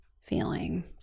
feeling